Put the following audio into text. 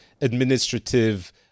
administrative